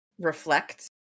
Reflect